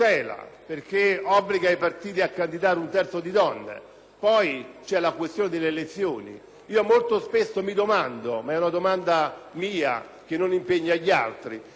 poi la questione delle elezioni. Molto spesso mi domando - ma è una domanda che non impegna gli altri - se la pari opportunità significa mettere nelle stesse